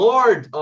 Lord